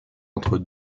entre